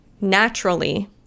naturally